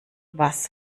was